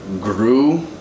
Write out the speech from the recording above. grew